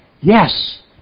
Yes